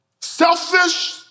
Selfish